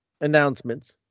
announcements